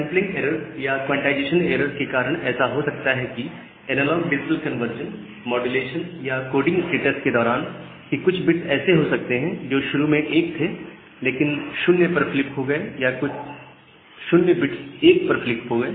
sampling error या quantization error के कारण ऐसा हो सकता है कि एनालॉग डिजिटल कन्वर्जन माड्यूलेशन या कोडिंग स्टेट्स के दौरान कि कुछ बिट्स ऐसे हों सकते हैं जो शुरू में 1 थे लेकिन 0 पर फ्लिप हो गए या कुछ 0 बिट्स 1 पर फ्लिप हो गए